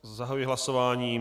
Zahajuji hlasování.